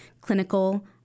clinical